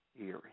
eerie